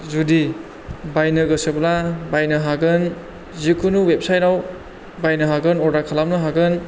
जुदि बायनो गोसोब्ला बायनो हागोन जिखुनु वेबसाइटआव बायनो हागोन अर्डार खालामनो हागोन